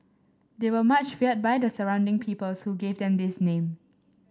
they were much feared by the surrounding peoples who gave them this name